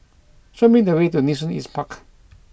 show me the way to Nee Soon East Park